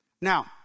Now